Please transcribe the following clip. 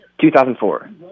2004